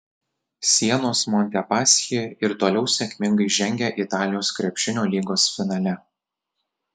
sienos montepaschi ir toliau sėkmingai žengia italijos krepšinio lygos finale